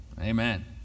Amen